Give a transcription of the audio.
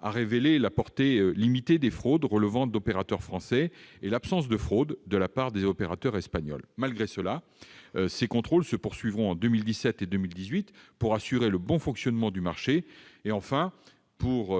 a révélé la portée limitée des fraudes relevant d'opérateurs français, et l'absence de fraudes de la part des opérateurs espagnols. Malgré cela, ces contrôles se poursuivront en 2017 et en 2018, afin d'assurer le bon fonctionnement du marché. Enfin, pour